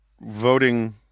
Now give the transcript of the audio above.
voting